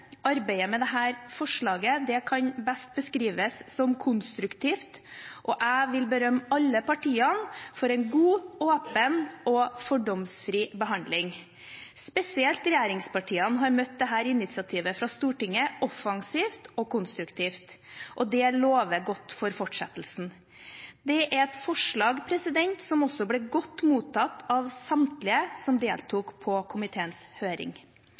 Arbeidet med dette forslaget kan best beskrives som konstruktivt, og jeg vil berømme alle partiene for en god, åpen og fordomsfri behandling. Særlig regjeringspartiene har møtt dette initiativet fra Stortinget offensivt og konstruktivt, og det lover godt for fortsettelsen. Det er et forslag som også ble godt mottatt av samtlige som deltok på komiteens høring.